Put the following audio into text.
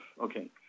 Okay